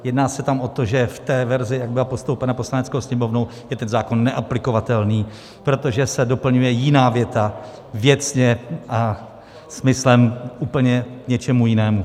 Jedná se tam o to, že v té verzi, jak byla postoupena Poslaneckou sněmovnou, je zákon neaplikovatelný, protože se doplňuje jiná věta věcně a smyslem úplně k něčemu jinému.